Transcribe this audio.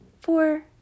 four